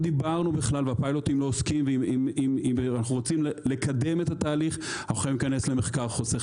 אם אנחנו רוצים לקדם את התהליך אנחנו חייבים להיכנס למחקר חוסך